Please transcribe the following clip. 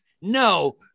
no